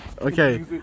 Okay